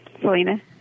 Selena